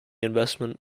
investment